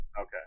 Okay